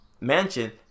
mansion